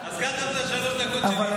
אז קח גם את שלוש הדקות שלי.